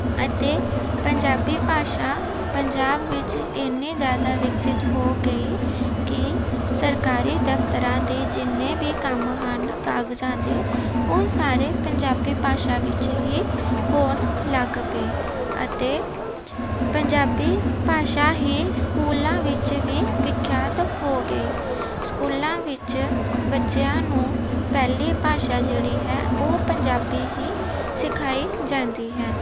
ਅਤੇ ਪੰਜਾਬੀ ਭਾਸ਼ਾ ਪੰਜਾਬ ਵਿੱਚ ਇੰਨੀ ਜ਼ਿਆਦਾ ਵਿਕਸਿਤ ਹੋ ਗਈ ਕਿ ਸਰਕਾਰੀ ਦਫ਼ਤਰਾਂ ਦੇ ਜਿੰਨੇ ਵੀ ਕੰਮ ਹਨ ਕਾਗਜ਼ਾਂ ਦੇ ਉਹ ਸਾਰੇ ਪੰਜਾਬੀ ਭਾਸ਼ਾ ਵਿੱਚ ਹੀ ਹੋਣ ਲੱਗ ਪਏ ਅਤੇ ਪੰਜਾਬੀ ਭਾਸ਼ਾ ਹੀ ਸਕੂਲਾਂ ਵਿੱਚ ਵੀ ਵਿਖਿਆਤ ਹੋ ਗਈ ਸਕੂਲਾਂ ਵਿੱਚ ਬੱਚਿਆਂ ਨੂੰ ਪਹਿਲੀ ਭਾਸ਼ਾ ਜਿਹੜੀ ਹੈ ਉਹ ਪੰਜਾਬੀ ਹੀ ਸਿਖਾਈ ਜਾਂਦੀ ਹੈ